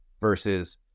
versus